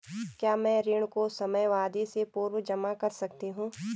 क्या मैं ऋण को समयावधि से पूर्व जमा कर सकती हूँ?